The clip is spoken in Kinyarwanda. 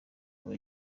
aba